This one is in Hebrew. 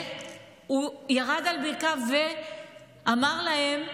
הוא ירד על ברכיו ואמר להן: